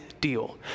deal